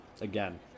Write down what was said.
again